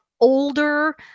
older